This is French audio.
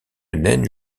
naine